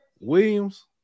Williams